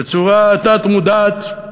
בצורה תת-מודעת,